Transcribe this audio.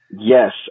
Yes